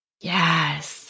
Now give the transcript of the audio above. Yes